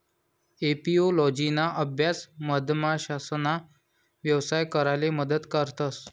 एपिओलोजिना अभ्यास मधमाशासना यवसाय कराले मदत करस